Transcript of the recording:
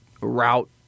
route